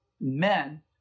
men